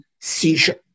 seizure